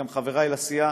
גם חברי לסיעה,